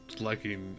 liking